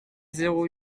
zéro